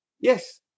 Yes